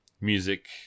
music